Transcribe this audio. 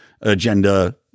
agenda